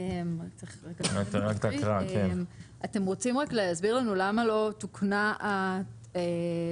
אתם רוצים להסביר לנו למה לא תוקנה הגבייה